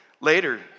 later